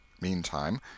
Meantime